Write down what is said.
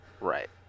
Right